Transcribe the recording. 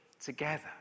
together